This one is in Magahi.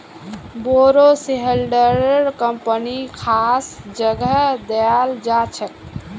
बोरो शेयरहोल्डरक कम्पनीत खास जगह दयाल जा छेक